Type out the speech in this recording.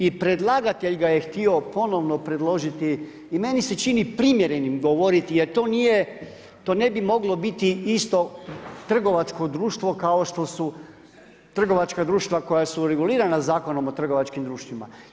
I predlagatelj ga je htio ponovno predložiti i meni se čini primjerenim govoriti, jer to nije, to ne bi moglo biti isto trgovačko društvo kao što su trgovačka društva koja su regulirana Zakonom o trgovačkim društvima.